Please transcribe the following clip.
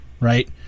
right